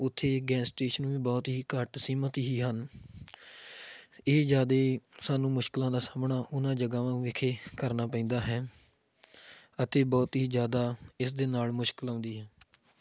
ਉੱਥੇ gas station ਵੀ ਬਹੁਤ ਹੀ ਘੱਟ ਸੀਮਤ ਹੀ ਹਨ ਇਹ ਜ਼ਿਆਦਾ ਸਾਨੂੰ ਮੁਸ਼ਕਲਾਂ ਦਾ ਸਾਹਮਣਾ ਉਹਨਾਂ ਜਗਾਵਾਂ ਵਿਖੇ ਕਰਨਾ ਪੈਂਦਾ ਹੈ ਅਤੇ ਬਹੁਤ ਹੀ ਜ਼ਿਆਦਾ ਇਸ ਦੇ ਨਾਲ ਮੁਸ਼ਕਲ ਆਉਂਦੀ ਹੈ